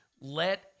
Let